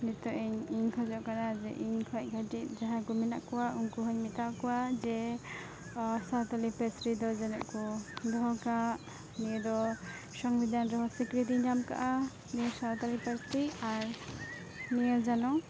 ᱱᱤᱛᱚᱜᱤᱧ ᱤᱧ ᱠᱷᱚᱡᱚᱜ ᱠᱟᱱᱟ ᱡᱮ ᱤᱧᱠᱷᱚᱡ ᱠᱟᱹᱴᱤᱡ ᱡᱟᱦᱟᱸᱭᱠᱚ ᱢᱮᱱᱟᱜ ᱠᱚᱣᱟ ᱩᱱᱠᱚᱦᱚᱸᱧ ᱢᱮᱛᱟ ᱠᱚᱣᱟ ᱡᱮ ᱥᱟᱱᱛᱟᱲᱤᱛᱮ ᱯᱟᱹᱨᱥᱤ ᱫᱚ ᱡᱟᱹᱱᱤᱡᱠᱚ ᱫᱚᱦᱚᱠᱟᱜ ᱱᱤᱭᱟᱹᱫᱚ ᱥᱚᱝᱵᱤᱫᱷᱟᱱ ᱨᱮᱦᱚᱸ ᱥᱤᱠᱨᱤᱛᱤᱭ ᱧᱟᱢᱠᱟᱜᱼᱟ ᱱᱤᱭᱟᱹ ᱥᱟᱱᱛᱟᱲᱤ ᱯᱟᱹᱨᱥᱤ ᱟᱨ ᱱᱤᱭᱟᱹ ᱡᱮᱱᱚ